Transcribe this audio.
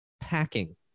Packing